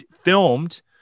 filmed